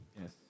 Yes